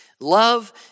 Love